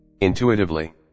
Intuitively